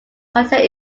content